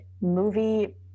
movie